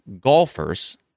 golfers